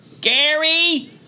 Gary